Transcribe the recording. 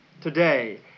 today